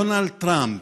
דונלד טראמפ,